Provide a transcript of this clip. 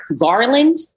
Garland